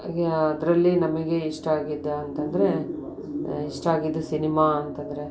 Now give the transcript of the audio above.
ಹಾಗೆ ಅದರಲ್ಲಿ ನಮಗೆ ಇಷ್ಟ ಆಗಿದ್ದ ಅಂತಂದರೆ ಇಷ್ಟ ಆಗಿದ್ದ ಸಿನಿಮಾ ಅಂತಂದರೆ